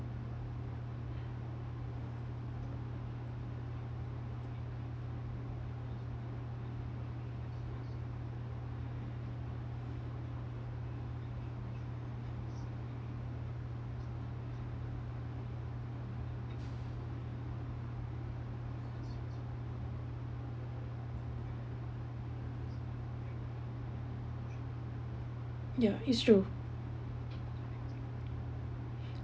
yeah it's true